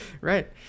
Right